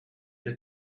the